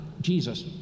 Jesus